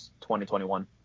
2021